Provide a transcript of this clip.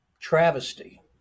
travesty